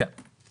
כן.